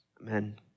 Amen